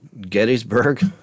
Gettysburg